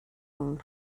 ann